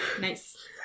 Nice